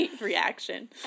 reaction